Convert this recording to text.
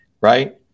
Right